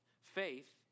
Faith